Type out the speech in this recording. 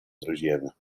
друзьями